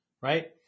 Right